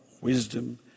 wisdom